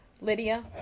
Lydia